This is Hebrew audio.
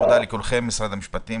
תודה לכולכם משרד המשפטים,